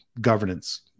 governance